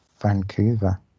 Vancouver